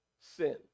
sin